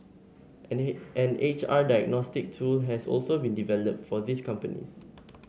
an H R diagnostic tool has also been developed for these companies